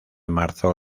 marzo